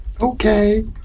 Okay